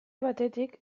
batetik